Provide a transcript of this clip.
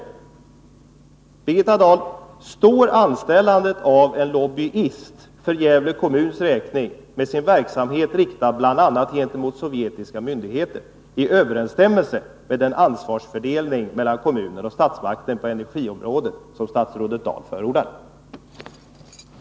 Fredagen den Jag vill fråga Birgitta Dahl: Står anställandet av en lobbyist för Gävle 20 maj 1983 kommuns räkning, med sin verksamhet riktad bl.a. gentemot sovjetiska myndigheter, i överensstämmelse med den ansvarsfördelning mellan kom Om investeringsbimunerna och statsmakten på energiområdet som statsrådet Dahl förordraget till fastdar? bränsleanlägg